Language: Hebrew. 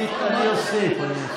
אני אוסיף.